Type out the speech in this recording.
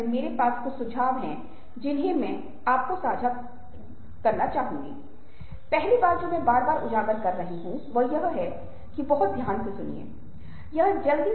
किसी और के दृष्टिकोण को देखें अगर आपको ऐसा करना चाहिए तो आप अधिक रचनात्मक हो जाएगे क्योंकि आपके पास एक और अलग स्थिति से सोचने की क्षमता है